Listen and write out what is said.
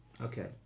Okay